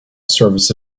service